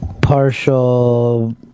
Partial